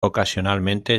ocasionalmente